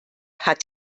hat